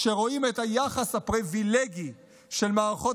כשרואים את היחס הפריבילגי של מערכות